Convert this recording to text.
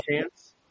chance